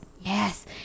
Yes